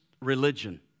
religion